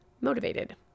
motivated